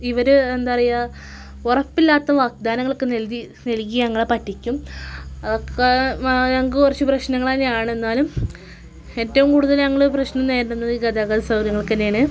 ഇവർ എന്താണ് പറയുക ഉറപ്പില്ലാത്ത വാഗ്ദാനങ്ങളൊക്കെ നൽകി നൽകി ഞങ്ങളെ പറ്റിക്കും അതൊക്കെ ഞങ്ങൾക്ക് കുറച്ച് പ്രശ്നങ്ങൾ തന്നെയാണ് എന്നാലും എറ്റവും കൂടുതൽ ഞങ്ങൾ പ്രശ്നം നേരിടുന്നത് ഈ ഗതാഗത സൗകര്യങ്ങൾക്ക് തന്നെയാണ്